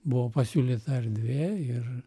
buvo pasiūlyta erdvė ir